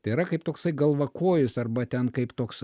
tai yra kaip toksai galvakojis arba ten kaip toks